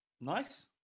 nice